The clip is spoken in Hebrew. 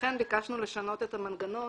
לכן ביקשנו לשנות את המנגנון,